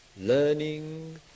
learning